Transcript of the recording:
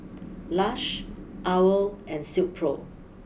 Lush Owl nd Silkpro